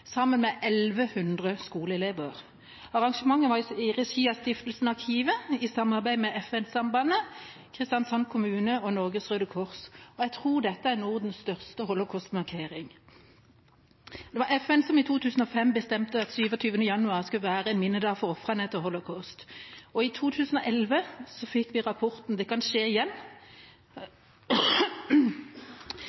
sammen med 1 100 skoleelever. Arrangementet var i regi av Stiftelsen Arkivet i samarbeid med FN-sambandet, Kristiansand kommune og Norges Røde Kors, og jeg tror dette er Nordens største holocaustmarkering. Det var FN som i 2005 bestemte at 27. januar skulle være minnedag for ofrene etter holocaust. I 2011 fikk vi rapporten Det kan skje igjen,